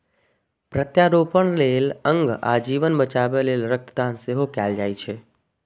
प्रत्यारोपण लेल अंग आ जीवन बचाबै लेल रक्त दान सेहो कैल जाइ छै